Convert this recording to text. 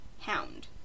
hound